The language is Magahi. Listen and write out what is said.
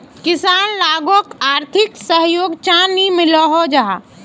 किसान लोगोक आर्थिक सहयोग चाँ नी मिलोहो जाहा?